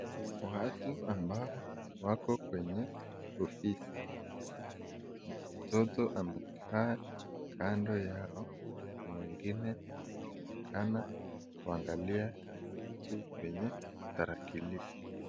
Watu ambao wako kwenye ofisi. Mtoto amekaa kando yao na wengine wanaonekana kuangalia kitu kwenye tarakilishi.